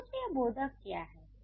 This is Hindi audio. समुच्चयबोधक क्या है